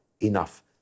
enough